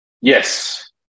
Yes